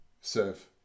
serve